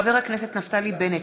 חבר הכנסת נפתלי בנט,